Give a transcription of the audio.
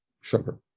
Sugar